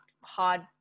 hard